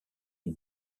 une